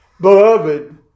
Beloved